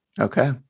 Okay